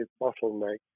bottleneck